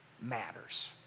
matters